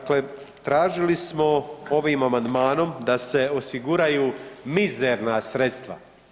Dakle, tražili smo ovim amandmanom da se osiguraju mizerna sredstva.